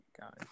God